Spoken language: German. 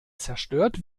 zerstört